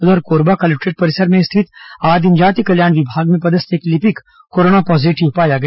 उधर कोरबा कलेक्टोरेट परिसर में स्थित आदिम जाति कल्याण विभाग में पदस्थ एक लिपिक कोरोना पोजेटिव पाया गया